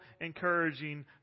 encouraging